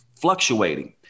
fluctuating